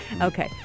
Okay